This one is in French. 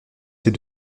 ses